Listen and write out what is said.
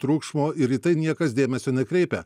triukšmo ir į tai niekas dėmesio nekreipia